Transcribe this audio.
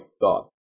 God